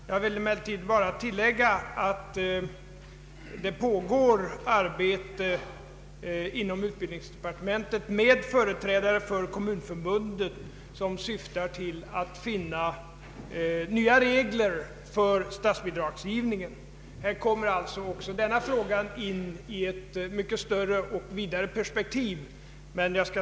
Jag vill emellertid tillägga att det pågår arbete inom utbildningsdepartementet i vilket deltar företrädare för Kommunförbundet och som syftar till nya regler för statsbidragsgivningen. Här kommer alltså denna fråga in i ett mycket större och vidare perspektiv.